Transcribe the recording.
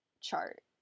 chart